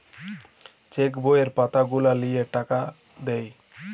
check বইয়ের পাতা গুলা লিয়ে টাকা দেয়